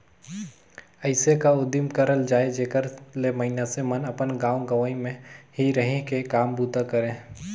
अइसे का उदिम करल जाए जेकर ले मइनसे मन अपन गाँव गंवई में ही रहि के काम बूता करें